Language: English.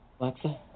Alexa